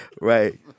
right